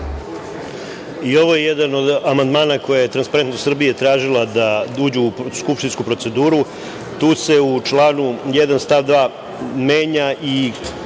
I ovo je jedan od amandmana koje je „Transparentnost Srbije“ tražila da uđe u skupštinsku proceduru. Tu se u članu 1. stav 2. menja i